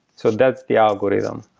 so that's the algorithm.